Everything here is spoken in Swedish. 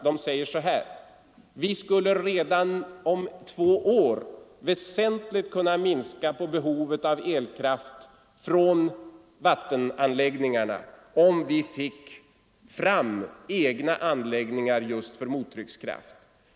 De säger så här: Vi skulle redan om två år väsentligt kunna minska på behovet av elkraft från vattenanläggningarna om vi fick fram egna anläggningar just för mottryckskraft.